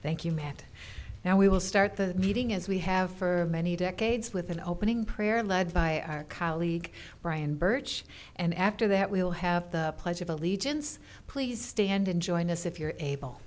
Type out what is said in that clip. thank you matt now we will start the meeting as we have for many decades with an opening prayer led by our colleague brian birch and after that we'll have the pledge of allegiance please stand and join us if you're able